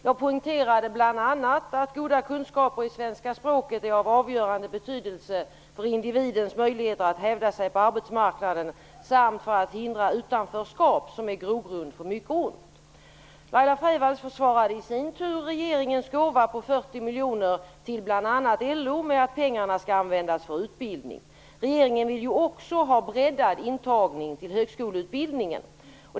Jag poängterade bl.a. att goda kunskaper i svenska språket är av avgörande betydelse för individens möjligheter att hävda sig på arbetsmarknaden samt för att hindra utanförskap som är grogrund för mycket ont. Laila Freivalds försvarade i sin tur regeringens gåva på 40 miljoner till bl.a. LO med att pengarna skall användas för utbildning. Regeringen vill ju också ha breddad intagning till högskoleutbildningen.